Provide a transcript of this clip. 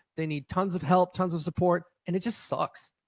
they need tons of help, tons of support and it just sucks.